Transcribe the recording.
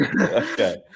Okay